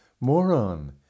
moron